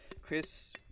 Chris